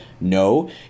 No